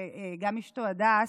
וגם עם אשתו הדס,